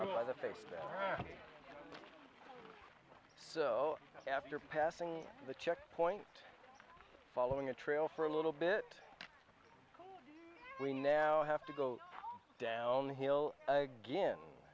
the face so after passing the checkpoint following a trail for a little bit we now have to go downhill again